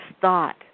thought